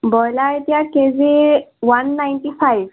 broiler এতিয়া KG one ninety five